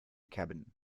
cabin